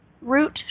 root